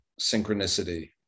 synchronicity